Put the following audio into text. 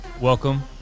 Welcome